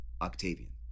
Octavian